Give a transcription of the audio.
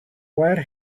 wet